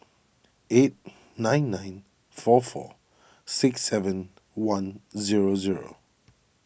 eight nine nine four four six seven one zero zero